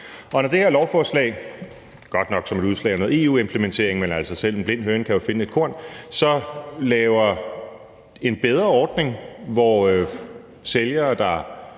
når det her lovforslag – godt nok som et udslag af noget EU-implementering, men altså, selv en blind høne kan jo finde et korn – laver en bedre ordning, hvor sælgere, der